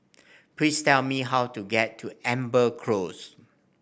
please tell me how to get to Amber Close